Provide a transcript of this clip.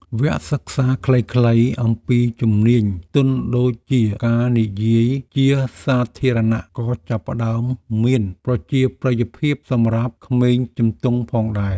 វគ្គសិក្សាខ្លីៗអំពីជំនាញទន់ដូចជាការនិយាយជាសាធារណៈក៏ចាប់ផ្តើមមានប្រជាប្រិយភាពសម្រាប់ក្មេងជំទង់ផងដែរ។